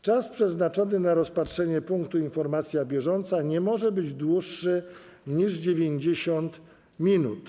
Czas przeznaczony na rozpatrzenie punktu: Informacja bieżąca nie może być dłuższy niż 90 minut.